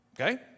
okay